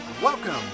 Welcome